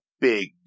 big